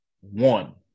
One